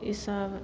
ईसभ